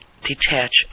detach